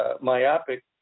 myopic